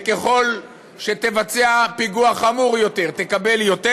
וככל שתבצע פיגוע חמור יותר תקבל יותר,